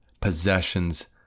possessions